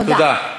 תודה.